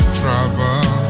trouble